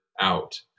out